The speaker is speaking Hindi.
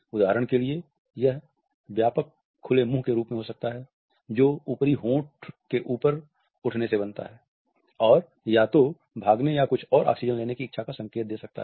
उदाहरण के लिए यह व्यापक खुले मुंह के रूप में हो सकता है जो ऊपरी होंठ के ऊपर उठने से बनता है और या तो भागने या कुछ और ऑक्सीजन लेने की इच्छा का संकेत दे सकता है